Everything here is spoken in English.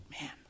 man